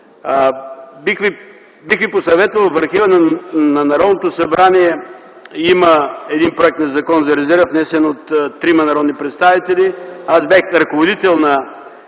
Бих ви посъветвал да видите архива на Народното събрание, където има един проект на Закон за резерва, внесен от трима народни представители. Аз бях ръководител на